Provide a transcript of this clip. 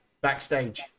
backstage